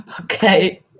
Okay